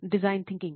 design thinking